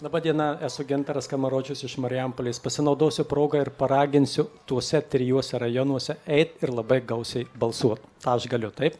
laba diena esu gintaras skamaročius iš marijampolės pasinaudosiu proga ir paraginsiu tuose trijuose rajonuose eit ir labai gausiai balsuot aš galiu taip